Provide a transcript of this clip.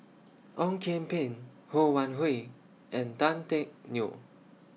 Ong Kian Peng Ho Wan Hui and Tan Teck Neo